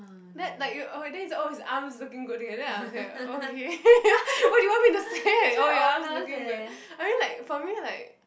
that like you oh then he's like oh he's arms looking good together then I'm here like oh K what do you want me to say oh your arms looking good I mean like for me like